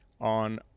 on